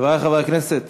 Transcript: חברי חברי הכנסת.